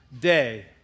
day